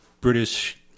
British